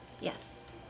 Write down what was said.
Yes